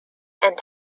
and